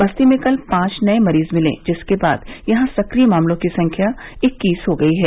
बस्ती में कल पांच नए मरीज मिले जिसके बाद यहां सक्रिय मामलों की संख्या इक्कीस हो गई है